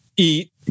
Eat